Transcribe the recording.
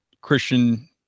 Christian